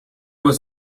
was